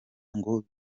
ngo